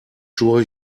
sure